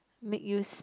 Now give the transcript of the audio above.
made you